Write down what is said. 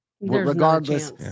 regardless